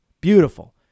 Beautiful